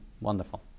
wonderful